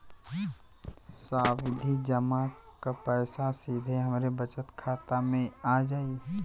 सावधि जमा क पैसा सीधे हमरे बचत खाता मे आ जाई?